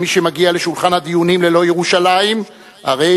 שמי שמגיע לשולחן הדיונים ללא ירושלים הרי